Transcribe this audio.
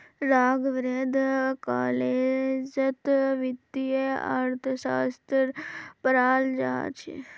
राघवेंद्र कॉलेजत वित्तीय अर्थशास्त्र पढ़ाल जा छ